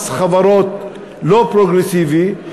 מס חברות לא פרוגרסיבי,